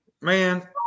Man